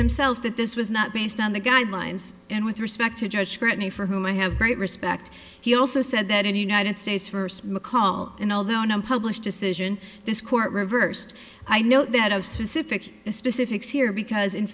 himself that this was not based on the guidelines and with respect to judge scrutiny for whom i have great respect he also said that any united states first mccall and although no published decision this court reversed i know that of specific specifics here because in